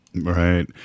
right